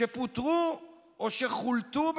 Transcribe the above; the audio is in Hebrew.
שפוטרו או ש"חול"תו",